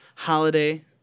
holiday